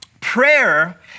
Prayer